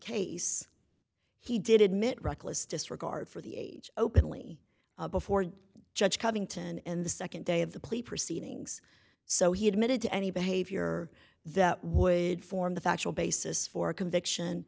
case he did admit reckless disregard for the age openly before judge covington and the nd day of the plea proceedings so he admitted to any behavior that would form the factual basis for a conviction